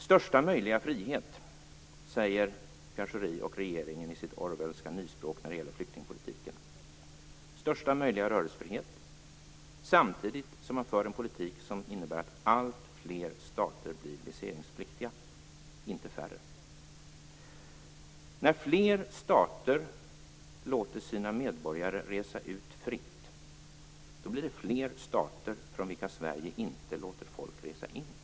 Största möjliga frihet, säger Pierre Schori och regeringen i sitt orwellska nyspråk när det gäller flyktingpolitiken - största möjliga rörelsefrihet samtidigt som man för en politik som innebär att alltfler stater blir viseringspliktiga, inte färre. När fler stater låter sina medborgare resa ut fritt blir det fler stater från vilka Sverige inte låter folk resa in fritt.